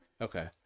Okay